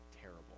terrible